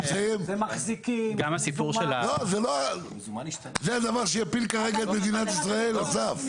לסיים, זה הדבר שיפיל כרגע את מדינת ישראל, אסף?